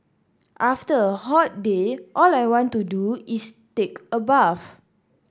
after a hot day all I want to do is take a bath